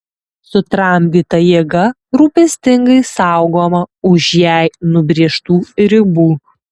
sutramdyta jėga rūpestingai saugoma už jai nubrėžtų ribų